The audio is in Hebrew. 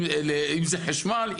אם זה חשמל,